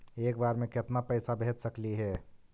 एक बार मे केतना पैसा भेज सकली हे?